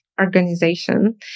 organization